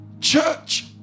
Church